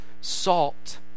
Salt